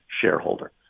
shareholder